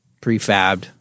prefabbed